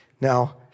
Now